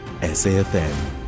SAFM